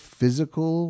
physical